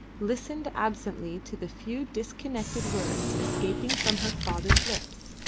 listened absently to the few disconnected words escaping from her father's lips.